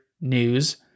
news